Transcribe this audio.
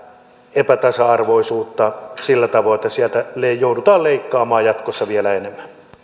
epätasapainoa sillä tavoin että sieltä joudutaan leikkaamaan jatkossa vielä